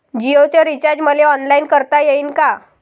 जीओच रिचार्ज मले ऑनलाईन करता येईन का?